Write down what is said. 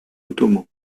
ottoman